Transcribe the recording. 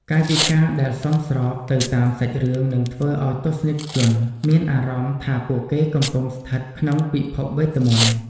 កាយវិការដែលសមស្របទៅតាមសាច់រឿងនឹងធ្វើឱ្យទស្សនិកជនមានអារម្មណ៍ថាពួកគេកំពុងស្ថិតក្នុងពិភពវេទមន្ត។